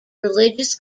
religious